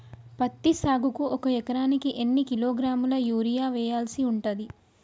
పత్తి సాగుకు ఒక ఎకరానికి ఎన్ని కిలోగ్రాముల యూరియా వెయ్యాల్సి ఉంటది?